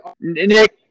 Nick